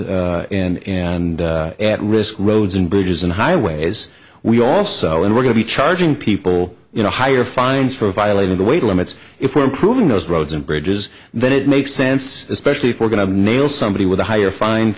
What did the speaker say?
in and at risk roads and bridges and highways we also and we're going to be charging people you know higher fines for violating the weight limits if we're improving those roads and bridges then it makes sense especially if we're going to nail somebody with a higher fine